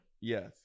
yes